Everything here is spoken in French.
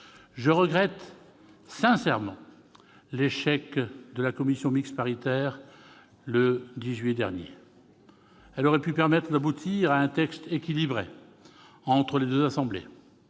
Je regrette sincèrement l'échec de la commission mixte paritaire du 10 juillet dernier. Elle aurait pu permettre d'aboutir à un texte équilibré entre les deux assemblées.